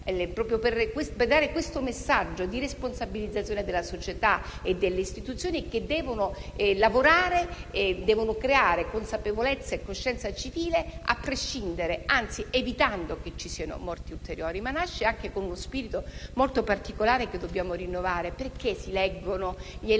per ricordare e dare un messaggio di responsabilizzazione della società e delle istituzioni, che devono lavorare per creare consapevolezza e coscienza civile, evitando che ci siano morti ulteriori. Esse nascono, però, anche con uno spirito molto particolare, che dobbiamo rinnovare. Perché si leggono gli elenchi